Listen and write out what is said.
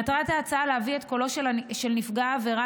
מטרת ההצעה להביא את קולו של נפגע העבירה